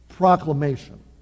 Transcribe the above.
proclamation